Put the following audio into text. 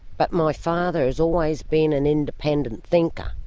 but my father has always been an independent thinker,